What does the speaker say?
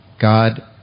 God